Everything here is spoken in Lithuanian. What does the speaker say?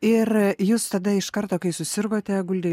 ir jūs tada iš karto kai susirgote guldė